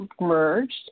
merged